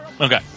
Okay